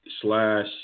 slash